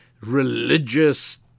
religious